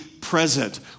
present